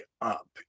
up